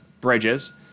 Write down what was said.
bridges